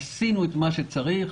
עשינו את מה שצריך.